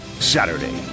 Saturday